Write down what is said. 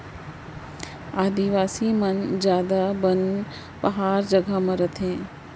आदिवासी मन जादा बन पहार जघा म रथें